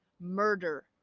murder